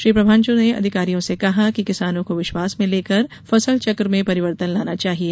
श्री प्रभांश ने अधिकारियों से कहा कि किसानों को विश्वास में लेकर फसल चक्र में परिवर्तन लाना चाहिए